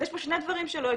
יש פה שני דברים שלא הגיוניים.